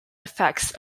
effects